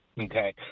Okay